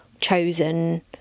chosen